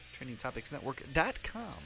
TrainingTopicsNetwork.com